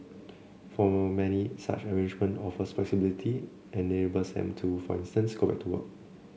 for many such an arrangement offers flexibility and enables them to for instance go back to work